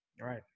Right